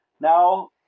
now